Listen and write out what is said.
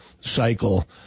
cycle